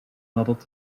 nadat